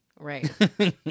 Right